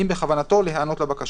אם בכוונתו להיענות לבקשה.